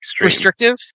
restrictive